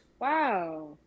Wow